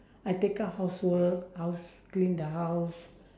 I take up housework house clean the house